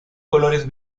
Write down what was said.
colores